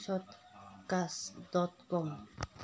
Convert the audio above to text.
SHOUTcast dot Kom